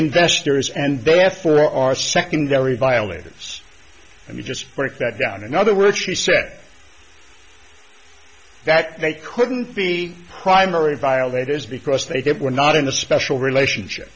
investors and they asked for are secondary violators and you just break that down in other words she said that they couldn't be primary violators because they didn't were not in a special relationship